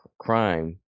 crime